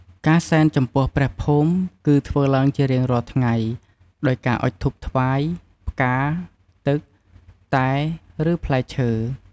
ការសែនចំពោះព្រះភូមិ គឺធ្វើឡើងជារៀងរាល់ថ្ងៃដោយការអុជធូបថ្វាយផ្កាទឹកតែឬផ្លែឈើ។